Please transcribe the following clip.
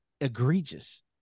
egregious